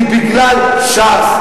היא ש"ס.